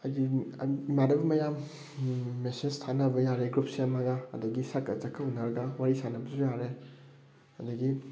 ꯍꯥꯏꯗꯤ ꯏꯃꯥꯟꯅꯕ ꯃꯌꯥꯝ ꯃꯦꯁꯦꯖ ꯊꯥꯅꯕ ꯌꯥꯔꯦ ꯒ꯭ꯔꯨꯞ ꯁꯦꯝꯃꯒ ꯑꯗꯒꯤ ꯁꯛꯀ ꯁꯛꯀ ꯎꯅꯔꯒ ꯋꯥꯔꯤ ꯁꯥꯅꯕꯁꯨ ꯌꯥꯔꯦ ꯑꯗꯒꯤ